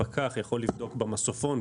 הפקח יכול לבדוק במסופון,